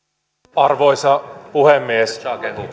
arvoisa puhemies